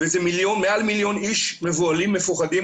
וזה מעל מיליון איש מבוהלים, מפוחדים.